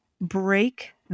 break